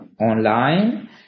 online